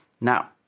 Now